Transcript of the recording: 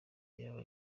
yaba